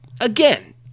again